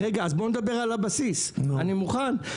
בוא נדבר על הבסיס, אני מוכן.